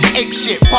apeshit